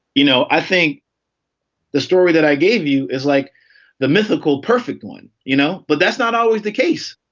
you know, i think the story that i gave you is like the mythical perfect one, you know, but that's not always the case.